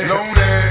Lonely